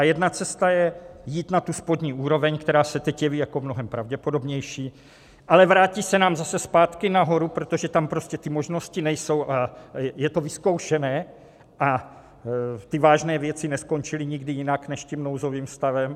Jedna cesta je jít na tu spodní úroveň, která se teď jeví jako mnohem pravděpodobnější, ale vrátí se nám zase zpátky nahoru, protože tam prostě ty možnosti nejsou, je to vyzkoušené a vážné věci neskončily nikdy jinak než nouzovým stavem.